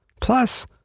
Plus